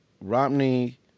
Romney